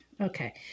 Okay